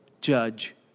judge